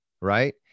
Right